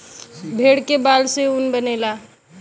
भेड़ के बाल से ऊन बनेला